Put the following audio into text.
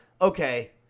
okay